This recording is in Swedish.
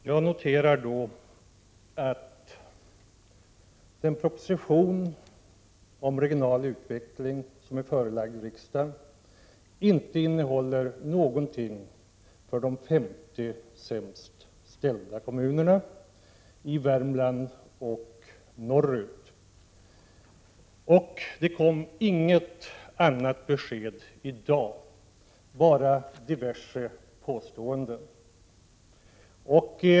Herr talman! Jag noterar att den proposition om regional utveckling som förelagts riksdagen inte innehåller någonting för de 50 sämst ställda kommunerna i Värmland och kommunerna norr därom. Det kom heller inget besked i dag på denna punkt — bara diverse påståenden.